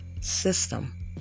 system